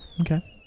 Okay